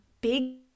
big